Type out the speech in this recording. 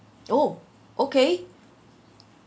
oh okay